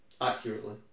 accurately